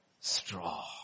straw